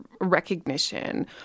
recognition